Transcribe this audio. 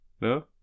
No